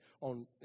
on